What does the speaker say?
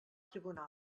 tribunal